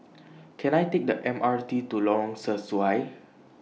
Can I Take The M R T to Lorong Sesuai